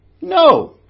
No